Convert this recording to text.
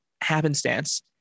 happenstance